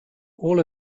all